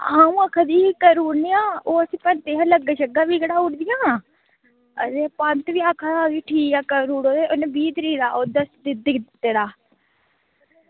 अंऊ आक्खा दी ही कराई ओड़ने आं उनें पंतें कशा लग्गां बी कढाई ओड़दियां ते पंत बी आक्खा दा ठीक ऐकरी ओड़ो ते उनें बीह् तरीक दस्से दा